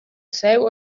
seu